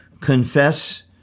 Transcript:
confess